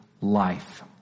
life